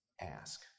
ask